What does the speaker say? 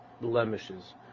blemishes